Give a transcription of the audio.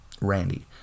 Randy